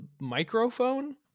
microphone